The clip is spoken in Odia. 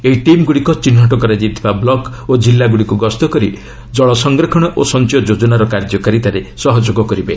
ଏହି ଟିମ୍ଗୁଡ଼ିକ ଚିହ୍ନଟ କରାଯାଇଥିବା ବ୍ଲକ୍ ଓ କିଲ୍ଲାଗୁଡ଼ିକୁ ଗସ୍ତ କରି ଜଳ ସଂରକ୍ଷଣ ଓ ସଞ୍ଚୟ ଯୋଜନାର କାର୍ଯ୍ୟକାରିତାରେ ସହଯୋଗ କରିବେ